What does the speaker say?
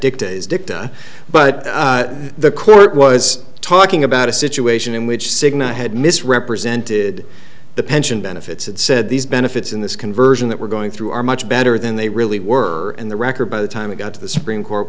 dictates dicta but the court was talking about a situation in which cigna had misrepresented the pension benefits and said these benefits in this conversion that we're going through are much better than they really were in the record by the time i got to the supreme court